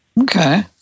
okay